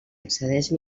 accedeix